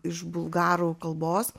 iš bulgarų kalbos